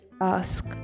ask